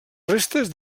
restes